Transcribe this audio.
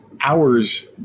hours